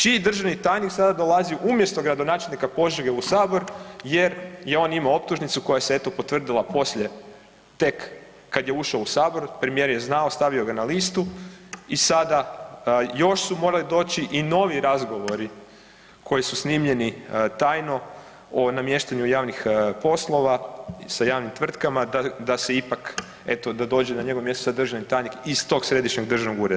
Čiji državni tajnik sada dolazi umjesto gradonačelnika Požege u Sabor jer je on imao optužnicu koja se, eto, potvrdila poslije tek kad je ušao u Sabor, premijer je znao, stavio ga na listu i sada još su morali doći i novi razgovori koji su snimljeni tajno o namještanju javnih poslova sa javnim tvrtkama da se ipak eto, da dođe na njegovo mjesto sad državni tajnik iz tog središnjeg državnog ureda.